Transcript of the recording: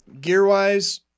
gear-wise